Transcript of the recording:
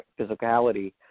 physicality